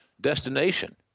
destination